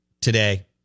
Today